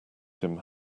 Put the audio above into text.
him